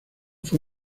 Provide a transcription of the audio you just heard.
fue